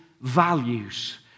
values